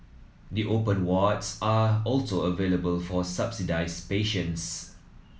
the open wards are also available for subsidised patients